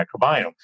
microbiome